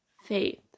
faith